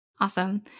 Awesome